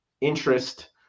interest